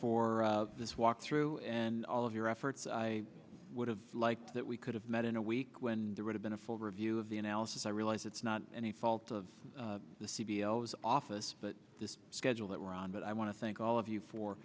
this walkthrough and all of your efforts i would have liked that we could have met in a week when there would have been a full review of the analysis i realize it's not any fault of the c b s office but this schedule that we're on but i want to thank all of you for